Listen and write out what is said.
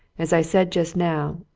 as i said just now,